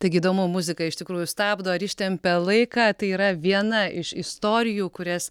taigi įdomu muzika iš tikrųjų stabdo ar ištempia laiką tai yra viena iš istorijų kurias